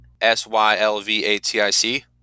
S-Y-L-V-A-T-I-C